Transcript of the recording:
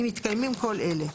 אם מתקיימים כל אלה: